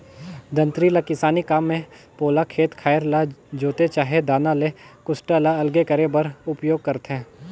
दँतरी ल किसानी काम मे पोला खेत खाएर ल जोते चहे दाना ले कुसटा ल अलगे करे बर उपियोग करथे